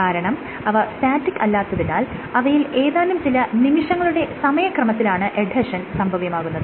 കാരണം അവ സ്റ്റാറ്റിക് അല്ലാത്തതിനാൽ അവയിൽ ഏതാനും ചില നിമിഷങ്ങളുടെ സമയക്രമത്തിലാണ് എഡ്ഹെഷൻ സംഭവ്യമാകുന്നത്